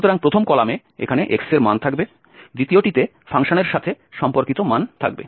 সুতরাং প্রথম কলামে এখানে x এর মান থাকবে দ্বিতীয়টিতে ফাংশনের সাথে সম্পর্কিত মান থাকবে